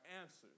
Answers